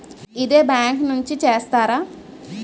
ఇదే బ్యాంక్ నుంచి చేస్తారా?